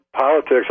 politics